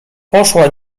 poszła